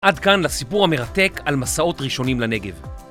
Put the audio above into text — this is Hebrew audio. עד כאן לסיפור המרתק על מסעות ראשונים לנגב.